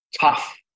tough